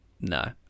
no